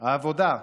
העבודה,